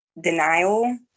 denial